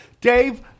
Dave